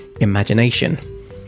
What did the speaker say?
imagination